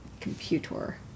computer